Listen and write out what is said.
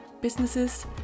businesses